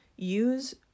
Use